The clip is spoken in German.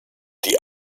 die